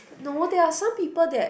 no there are some people that